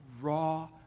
raw